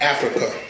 Africa